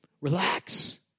Relax